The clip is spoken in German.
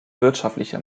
wirtschaftliche